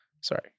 Sorry